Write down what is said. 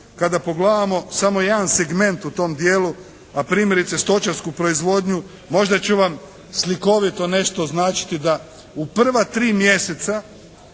Kada pogledamo samo jedan segment u tom dijelu a primjerice stočarsku proizvodnju možda će vam slikovito nešto značiti da u prva tri mjeseca